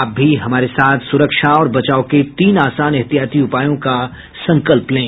आप भी हमारे साथ सुरक्षा और बचाव के तीन आसान एहतियाती उपायों का संकल्प लें